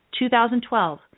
2012